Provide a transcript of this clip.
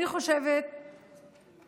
אני חושבת שמיותר